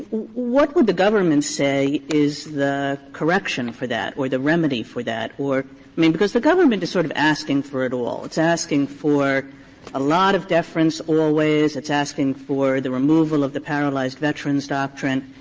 what would the government say is the correction for that or the remedy for that or i mean, because the government is sort of asking for it all. it's asking for a lot of deference always, it's asking for the removal of the paralyzed veterans doctrine,